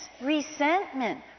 resentment